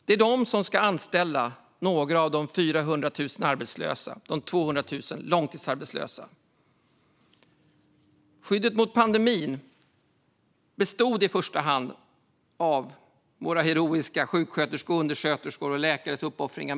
Det är de som ska anställa några av de 400 000 arbetslösa och 200 000 långtidsarbetslösa. Skyddet mot pandemin bestod i första hand av våra heroiska sjuksköterskors, undersköterskors och läkares uppoffringar.